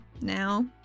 now